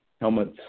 helmets